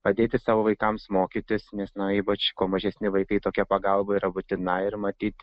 padėti savo vaikams mokytis nes na ypač kuo mažesni vaikai tokia pagalba yra būtina ir matyt